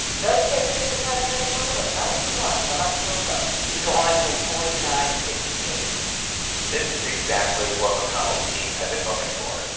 those states give the president a total of ninety one electoral votes he would go on to win forty nine of fifty states this is exactly what mcconnell's team had been hoping for.